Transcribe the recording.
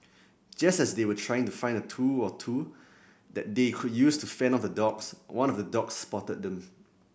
just as they were trying to find a tool or two that they could use to fend off the dogs one of the dogs spotted them